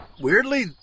Weirdly